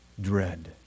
Dread